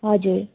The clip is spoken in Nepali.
हजुर